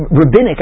rabbinic